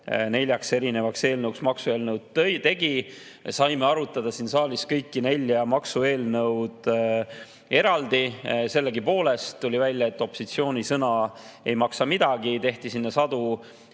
Valitsus ka need neljaks maksueelnõuks tegi. Saime arutada siin saalis kõiki nelja maksueelnõu eraldi. Sellegipoolest tuli välja, et opositsiooni sõna ei maksa midagi, ja tehti nende